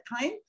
time